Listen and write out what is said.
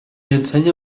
ensenya